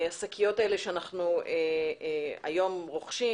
השקיות האלה שהיום אנחנו רוכשים,